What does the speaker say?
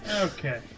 Okay